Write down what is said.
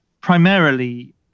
primarily